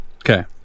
Okay